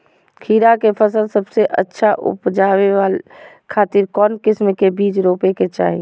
खीरा के फसल सबसे अच्छा उबजावे खातिर कौन किस्म के बीज रोपे के चाही?